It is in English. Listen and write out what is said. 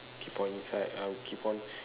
keep on inside I will keep on